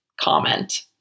comment